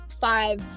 five